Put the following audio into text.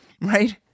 right